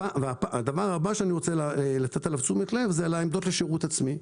הדבר הבא שאני רוצה להבליט הוא העמדות לשירות עצמי,